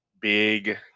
big